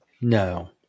No